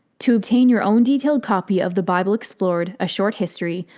to obtain your own detailed copy of the bible explored a short history,